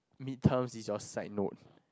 mid terms is your side note